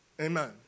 Amen